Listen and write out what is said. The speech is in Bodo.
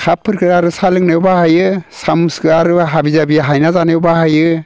कापफोरखो आरो साहा लोंनायाव बाहायो सामुसखो आरो हाबि जाबि हायना जानायाव बाहायो